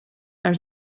are